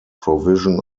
provision